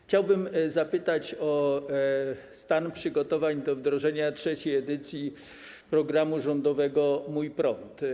Chciałbym zapytać o stan przygotowań do wdrożenia trzeciej edycji programu rządowego „Mój prąd”